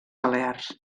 balears